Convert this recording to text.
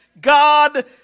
God